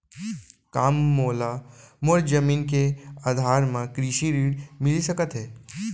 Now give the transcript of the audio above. का मोला मोर जमीन के आधार म कृषि ऋण मिलिस सकत हे?